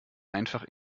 einfach